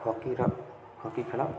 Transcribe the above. ହକିର ହକି ଖେଳ